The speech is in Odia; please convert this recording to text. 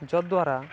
ଯଦ୍ଦ୍ଵାରା